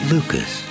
Lucas